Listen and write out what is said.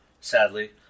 Sadly